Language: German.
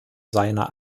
seiner